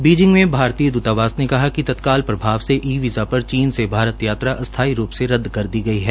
Beijing में भारतीय द्रतावास ने कहा कि तत्काल प्रभाव से ई वीज़ा पर चीन से भारत यात्रा अस्थायी रूप से रद्द कर दी गई है